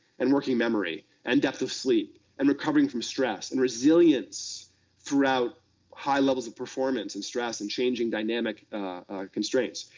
and working memory, and depth of sleep, and recovering from stress, and resilience throughout high levels of performance and stress and changing dynamic constraints.